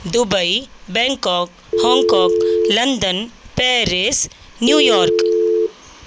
Dubai Bangkok Hong Kong London Paris New York